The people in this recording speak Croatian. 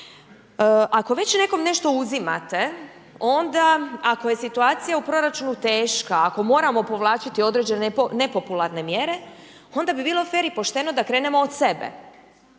Ako već nekom nešto uzimate, onda ako je situacija u proračunu teška, ako moramo povlačiti određene nepopularne mjere, onda bi bilo fer i pošteno da krenemo od sebe.